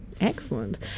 Excellent